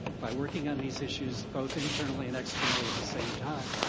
by working on these issues, both internally and externally at the same time,